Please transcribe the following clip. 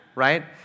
right